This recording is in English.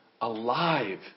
alive